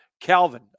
Calvin